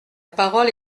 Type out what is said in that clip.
parole